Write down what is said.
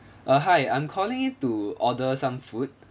uh hi I'm calling you to order some food